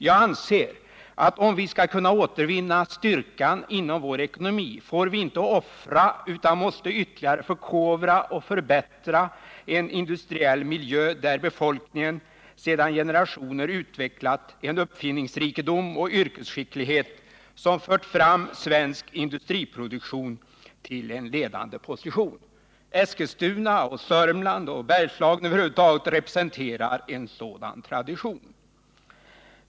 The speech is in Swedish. Jag anser, att om vi skall kunna återvinna styrkan inom vår ekonomi, får vi inte offra utan måste ytterligare förkovra och förbättra en industriell miljö, där befolkningen sedan generationer tillbaka utvecklat en uppfinningsrikedom och yrkesskicklighet som fört fram svensk industriproduktion till en ledande position. Eskilstuna, Södermanland och Bergslagen över huvud taget representerar en sådan tradition.